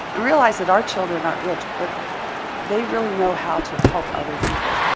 and realize that our children aren't rich but they really know how to help other people.